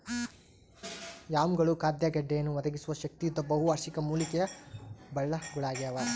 ಯಾಮ್ಗಳು ಖಾದ್ಯ ಗೆಡ್ಡೆಯನ್ನು ಒದಗಿಸುವ ಶಕ್ತಿಯುತ ಬಹುವಾರ್ಷಿಕ ಮೂಲಿಕೆಯ ಬಳ್ಳಗುಳಾಗ್ಯವ